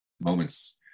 moments